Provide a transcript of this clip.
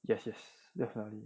yes yes definitely